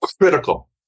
critical